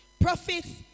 prophets